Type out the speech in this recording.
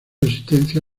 existencia